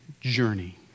journey